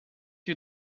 you